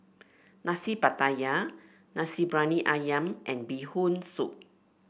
Nasi Pattaya Nasi Briyani ayam and Bee Hoon Soup